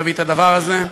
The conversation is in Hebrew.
להביא את הדבר הזה.